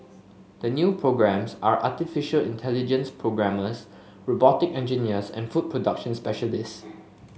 the new programmes are artificial intelligence programmers robotic engineers and food production specialist